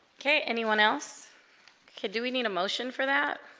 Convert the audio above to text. okay anyone else could do we need a motion for that